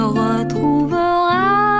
retrouvera